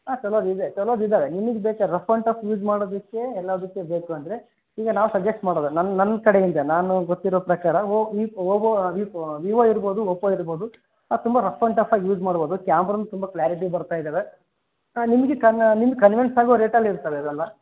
ಹಾಂ ಛಲೋದಿದೆ ಛಲೋದಿದಾವೆ ನಿಮಿಗೆ ಬೇಕಾರೆ ರಫ್ ಆ್ಯಂಡ್ ಟಫ್ ಯೂಸ್ ಮಾಡೋದಕ್ಕೆ ಎಲ್ಲಾದಕ್ಕೆ ಬೇಕು ಅಂದರೆ ಈಗ ನಾವು ಸಜೆಸ್ಟ್ ಮಾಡಿದೆ ನನ್ನ ನನ್ನ ಕಡೆಯಿಂದ ನಾನು ಗೊತ್ತಿರೋ ಪ್ರಕಾರ ಓ ಈಪ್ ಓಓ ವೀಪೋ ವೀವೋ ಇರ್ಬೋದು ಓಪೋ ಇರ್ಬೋದು ಅದು ತುಂಬ ರಫ್ ಆ್ಯಂಡ್ ಟಫಾಗಿ ಯೂಸ್ ಮಾಡ್ಬೋದು ಕ್ಯಾಮ್ರಾನು ತುಂಬ ಕ್ಲ್ಯಾರಿಟಿ ಬರ್ತಾಯಿದ್ದಾವೆ ನಿಮಗೆ ಕನ ನಿಮ್ಗೆ ಕನ್ವೀನ್ಸ್ ಆಗೋ ರೇಟಲ್ಲಿ ಇರ್ತದೆ ಅದೆಲ್ಲ